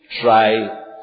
try